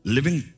Living